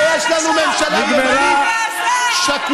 שיש לנו ממשלה ימנית שקולה,